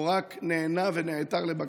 או רק נענה ונעתר לבקשה?